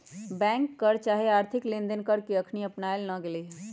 bank कर चाहे आर्थिक लेनदेन कर के अखनी अपनायल न गेल हइ